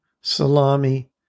salami